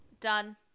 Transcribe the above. done